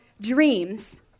dreams